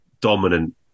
dominant